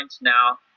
now